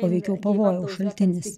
o veikiau pavojaus šaltinis